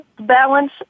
balance